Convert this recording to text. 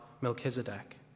Melchizedek